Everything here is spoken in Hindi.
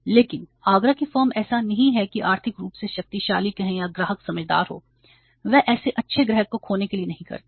लेकिन आगरा की फर्म ऐसा नहीं है कि आर्थिक रूप से शक्तिशाली कहे या ग्राहक समझदार हो वे ऐसे अच्छे ग्राहक को खोने के लिए नहीं करते हैं